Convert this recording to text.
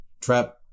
Trap